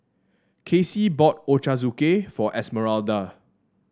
Kacey bought Ochazuke for Esmeralda